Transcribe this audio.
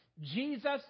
Jesus